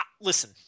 Listen